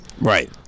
Right